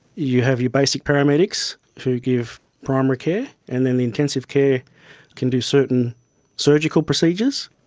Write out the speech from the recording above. you have your basic paramedics who give primary care, and then the intensive care can do certain surgical procedures.